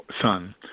son